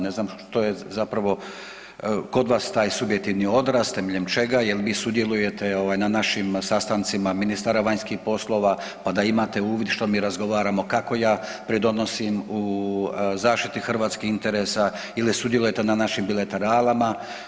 Ne znam što je zapravo kod vas taj subjektivni odraz, temeljem čega jel vi sudjelujete na našim sastancima ministara vanjskih poslova pa da imate uvid što mi razgovaramo, kako ja pridonosim u zaštiti hrvatskih interesa ili sudjelujete na našim bilateralama.